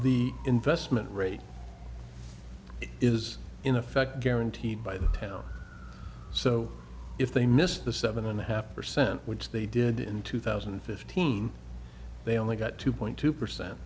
the investment rate is in effect guaranteed by the town so if they missed the seven and a half percent which they did in two thousand and fifteen they only got two point two percent